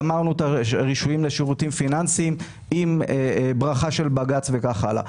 גמרנו את הרישויים לשירותים פיננסיים עם ברכה של בג"ץ וכך הלאה.